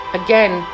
again